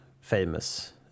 famous